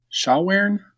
Shawern